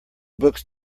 books